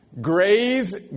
Graze